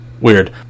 Weird